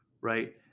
right